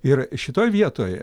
ir šitoj vietoj